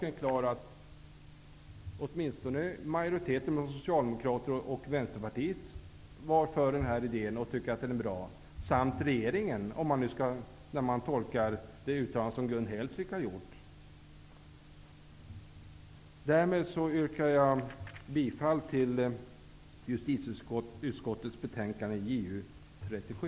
Åtminstone majoriteten bland socialdemokrater och vänsterpartister var för den här idén och tyckte att den var bra. Även regeringen torde tycka så, vilket framgår när man tolkar det uttalande som Gun Hellsvik har gjort. Herr talman! Därmed yrkar jag bifall till hemställan i justitieutskottets betänkande JuU37.